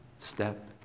step